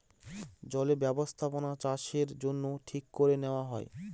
জলে বস্থাপনাচাষের জন্য ঠিক করে নেওয়া হয়